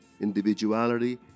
individuality